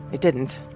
it didn't.